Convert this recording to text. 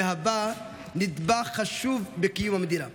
וחלקם אף זכו להגשים את החלום תוך אבדות רבות בדרך.